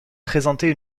présenter